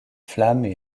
flammes